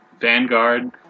Vanguard